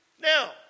Now